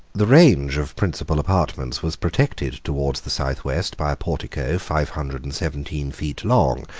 the range of principal apartments was protected towards the south-west by a portico five hundred and seventeen feet long,